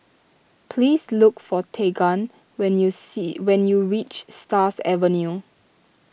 please look for Tegan when you see when you reach Stars Avenue